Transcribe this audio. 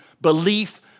belief